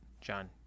John